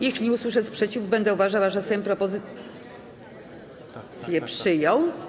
Jeśli nie usłyszę sprzeciwu, będę uważała, że Sejm propozycję przyjął.